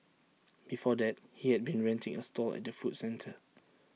before that he had been renting A stall at the food centre